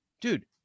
dude